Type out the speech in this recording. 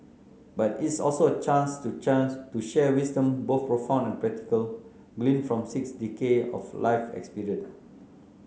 but it's also a chance to chance to share wisdom both profound and practical gleaned from six decade of life experience